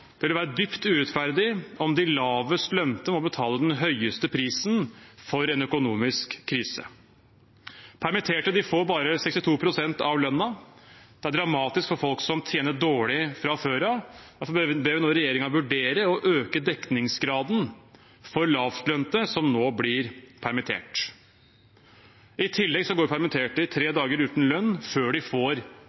Det vil være dypt urettferdig om de lavest lønte må betale den høyeste prisen for en økonomisk krise. Permitterte får bare 62 pst. av lønnen. Det er dramatisk for folk som tjener dårlig fra før av. Derfor ber vi regjeringen vurdere å øke dekningsgraden for lavtlønte som nå blir permittert. I tillegg går permitterte i tre dager uten lønn før de får